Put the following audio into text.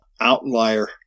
outlier